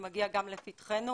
וזה מגיע גם לפתחנו